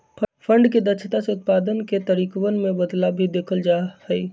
fund के दक्षता से उत्पाद के तरीकवन में बदलाव भी देखल जा हई